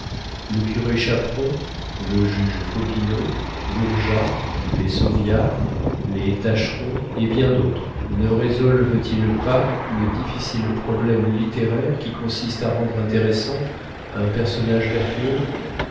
le curé chaperon le juge popinot bourgeat les sauviat les tascheron et bien d'autres ne résolvent ils pas le difficile problème littéraire qui consiste à rendre intéressant un personnage vertueux